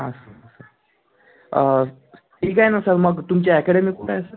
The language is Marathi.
हा ठीक आहे ना सर मग तुमची अकॅडमी कुठे आहे सर